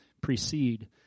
precede